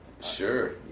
Sure